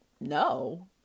no